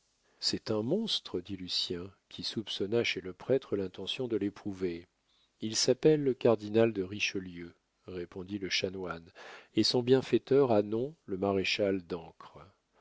c'est un monstre dit lucien qui soupçonna chez le prêtre l'intention de l'éprouver il s'appelle le cardinal de richelieu répondit le chanoine et son bienfaiteur a nom le maréchal d'ancre